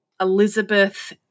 Elizabeth